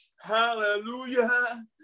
Hallelujah